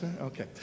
Okay